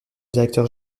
directeur